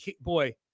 boy